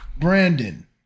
Brandon